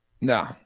No